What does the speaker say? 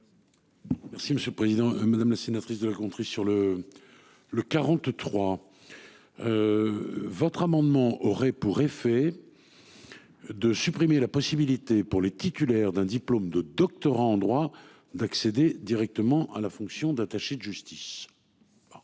monsieur le président, madame la sénatrice de la compris sur le. Le 43. Votre amendement aurait pour effet. De supprimer la possibilité pour les titulaires d'un diplôme de doctorat en droit d'accéder directement à la fonction d'attaché de justice.